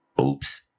Oops